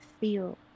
feel